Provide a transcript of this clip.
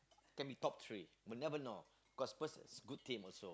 can be top three but never know cos spurs has good team also